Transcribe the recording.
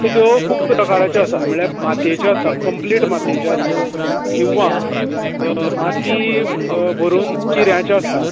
आतां त्यो खूब प्रकाराच्यो आसा म्हळ्यार मातयेच्यो आसता कंप्लीट मातयेच्यो आसता किंवा मातीं भरून चिऱ्याची आसता